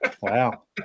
Wow